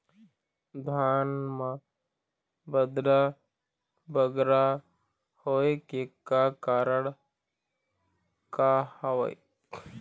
धान म बदरा बगरा होय के का कारण का हवए?